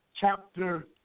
chapter